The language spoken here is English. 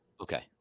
Okay